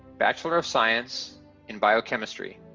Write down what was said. bachelor of science in biochemistry.